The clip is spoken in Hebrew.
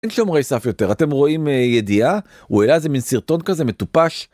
אין שומרי סף יותר, אתם רואים ידיעה, הוא אעלה איזה מין סרטון כזה מטופש.